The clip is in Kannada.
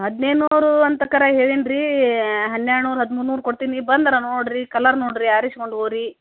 ಹದಿನೈದು ನೂರು ಅಂತ ಅಕ್ಕಾರೆ ಹೇಳಿನಿ ರೀ ಹೆಣ್ಣರ್ದು ನೂರು ಹದಿಮೂರು ನೂರು ಕೊಡ್ತೀನಿ ಬಂದ ನೋಡಿರಿ ಕಲರ್ ನೋಡಿರಿ ಆರಿಸ್ಕೊಂಡ್ ಹೋಗ್ರಿ